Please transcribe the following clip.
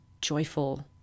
joyful